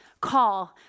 call